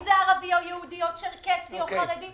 אם הם ערבים או יהודים או צ'רקסים או חרדים,